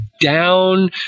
down